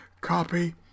copy